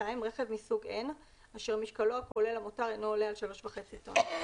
(2)רכב מסוג N אשר משקלו הכולל המותר אינו עולה על 3.5 טון,